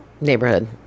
neighborhood